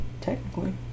technically